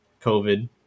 covid